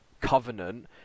covenant